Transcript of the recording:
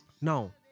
Now